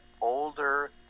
older